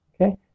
Okay